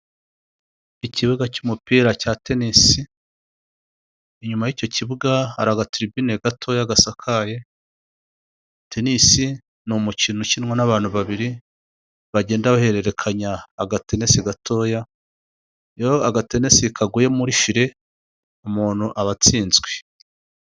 Ikibuga cy'umupira cya tenisi, inyuma y'icyo kibuga har iaga tiribene gatoya gasakaye, tenisi n'umukino ukinwa n'abantu babiri bagenda bahererekanya akadenesi gatoya akadenesi kaguye muri fire umuntu aba atsinzwe.